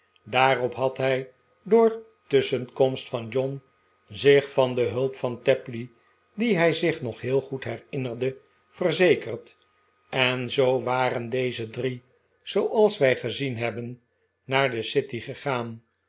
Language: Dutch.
daarop had hij door tusschenkomst van john zich van de hulp van tapley dien hij zich nog heel goed herinnerde verzekerd en zoo waren deze drie zooals wij gezien hebben naar de city gegaan